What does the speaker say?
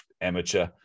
Amateur